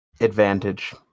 Advantage